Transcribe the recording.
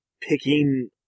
picking